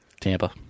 Tampa